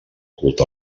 culte